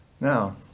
Now